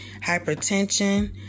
hypertension